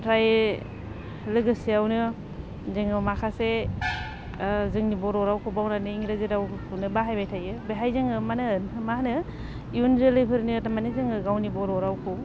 ओमफ्राय लोगोसेयावनो जोङो माखासे जोंनि बर' रावखौ बावनानै इंराजि रावखौनो बाहायबाय थायो बाहाय जोङो मा होनो इयुन जोलैफोरनो माने जोङो गावनि बर' रावखौ